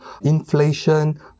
inflation